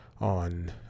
on